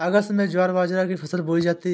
अगस्त में ज्वार बाजरा की फसल बोई जाती हैं